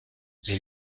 les